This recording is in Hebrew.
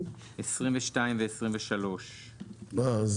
33 עד